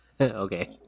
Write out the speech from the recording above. Okay